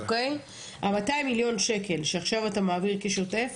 ה- 200 מיליון ₪ שעכשיו אתה מעביר כשוטף,